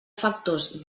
factors